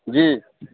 जी